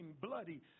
bloody